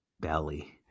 belly